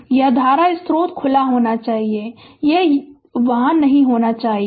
और यह धारा स्रोत खुला होना चाहिए यह वहां नहीं होना चाहिए